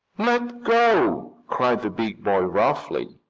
let go! cried the big boy roughly.